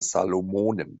salomonen